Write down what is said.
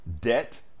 debt